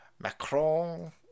Macron